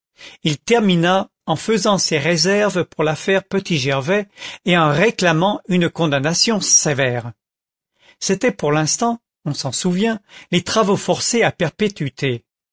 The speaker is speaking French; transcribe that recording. il termina en faisant ses réserves pour l'affaire petit gervais et en réclamant une condamnation sévère c'était pour l'instant on s'en souvient les travaux forcés à perpétuité